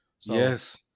Yes